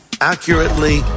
accurately